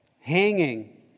hanging